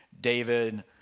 David